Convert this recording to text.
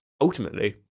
ultimately